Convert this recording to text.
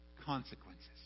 consequences